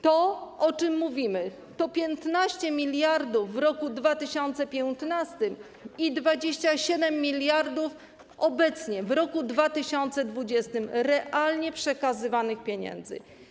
To, o czym mówimy, to 15 mld w roku 2015 i 27 mld obecnie, w roku 2020, to realnie przekazywane pieniądze.